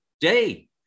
day